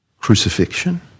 crucifixion